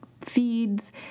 feeds